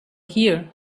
here